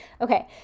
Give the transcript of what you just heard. okay